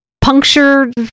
punctured